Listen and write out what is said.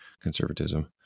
conservatism